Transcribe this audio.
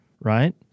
right